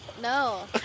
No